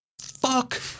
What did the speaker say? Fuck